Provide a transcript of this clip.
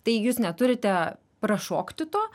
tai jūs neturite prašokti to